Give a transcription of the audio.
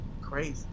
crazy